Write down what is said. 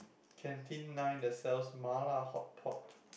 canteen nine that sells mala hotpot